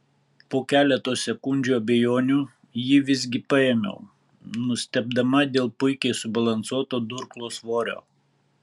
po keleto sekundžių abejonių jį visgi paėmiau nustebdama dėl puikiai subalansuoto durklo svorio